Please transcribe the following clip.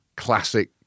classic